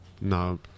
No